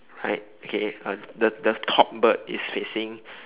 right K uh the the top bird is facing